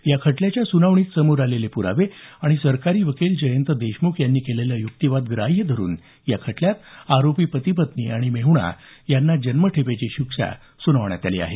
या खटल्याच्या सुनावणीत समोर आलेले पुरावे आणि सरकारी वकील जयंत देशमुख यांनी केलेला युक्तिवाद ग्राह्य धरून या खटल्यात आरोपी पती पत्नी आणि मेहणा यांना जन्मठेपेची शिक्षा सुनावली आहे